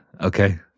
Okay